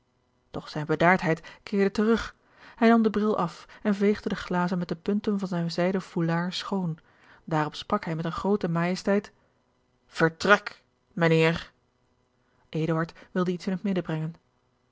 doch zijne bedaardheid keerde terug hij nam den bril af en veegde de glazen met de punten van zijn zijden foulard schoon daarop sprak hij met eene groote majesteit vertrek mijnheer eduard wilde iets in het midden